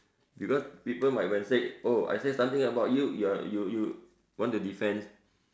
because people might when say oh I say something about you you're you you want to defend